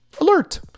alert